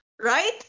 right